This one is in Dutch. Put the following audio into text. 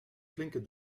flinke